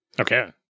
Okay